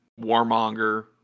warmonger